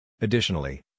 Additionally